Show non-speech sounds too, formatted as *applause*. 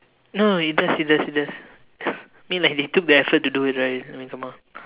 no no no it does it does it does *laughs* I mean like they took the effort to do it right I mean come on